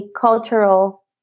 cultural